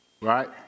Right